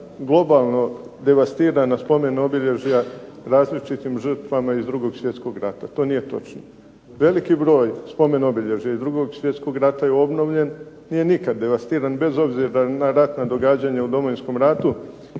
globalno devastirana spomen obilježja različitim žrtvama iz 2. svjetskog rata. To nije točno. Veliki broj spomen obilježja iz 2. svjetskog rata je obnovljen. Nije nikad devastiran, bez obzira na ratna događanja u Domovinskom ratu.